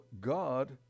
God